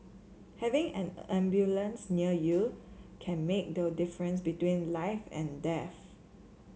having an ambulance near you can make the difference between life and death